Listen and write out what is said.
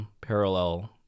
parallel